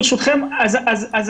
אני